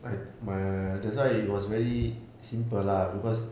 like my ah that's why it was very simple lah because